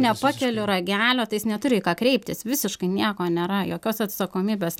nepakeliu ragelio tai jis neturi į ką kreiptis visiškai nieko nėra jokios atsakomybės